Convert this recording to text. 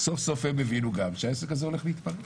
סוף סוף הם הבינו גם שהעסק הזה הולך להתפרק.